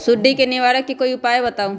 सुडी से निवारक कोई उपाय बताऊँ?